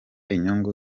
inyungu